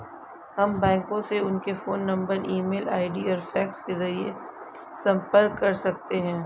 हम बैंकों से उनके phone number email ID और फैक्स के जरिए संपर्क कर सकते हैं